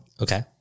Okay